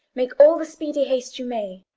make all the speedy haste you may.